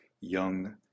young